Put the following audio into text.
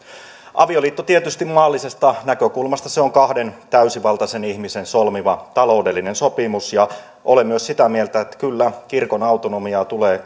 avioliitto tietysti maallisesta näkökulmasta on kahden täysivaltaisen ihmisen solmima taloudellinen sopimus olen myös sitä mieltä että kyllä kirkon autonomiaa tulee